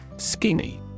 Skinny